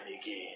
again